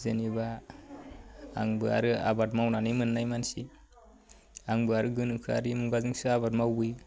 जेनेबा आंबो आरो आबाद मावनानै मोन्नाय मानसि आंबो आरो गोनोखोयारि मुगाजोंसो आबाद मावबोयो